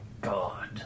god